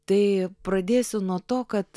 tai pradėsiu nuo to kad